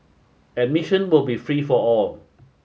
admission will be free for all